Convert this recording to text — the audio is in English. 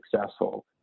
successful